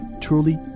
Truly